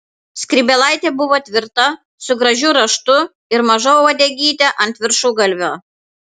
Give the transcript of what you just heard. skrybėlaitė buvo tvirta su gražiu raštu ir maža uodegyte ant viršugalvio